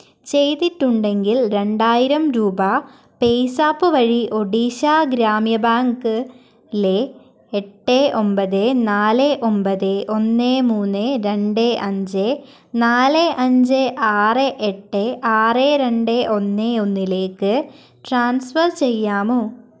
ചെയ്തിട്ടുണ്ടെങ്കിൽ രണ്ടായിരം രൂപ പേയ്സാപ്പ് വഴി ഒഡീഷ ഗ്രാമ്യ ബാങ്കിലെ എട്ട് ഒമ്പത് നാല് ഒമ്പത് ഒന്ന് മൂന്ന് രണ്ട് അഞ്ച് നാല് അഞ്ച് ആറ് എട്ട് ആറ് രണ്ട് ഒന്ന് ഒന്നിലേക്ക് ട്രാൻസ്ഫർ ചെയ്യാമോ